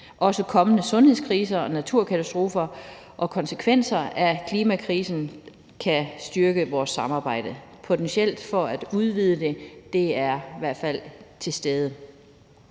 også kommende sundhedskriser og naturkatastrofer og konsekvenser af klimakrisen kan styrke vores samarbejde, potentielt i forhold til at udvide det – muligheden er i hvert fald til stede.